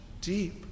deep